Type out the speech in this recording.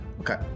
Okay